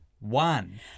One